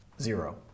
zero